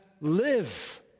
live